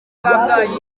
kabgayi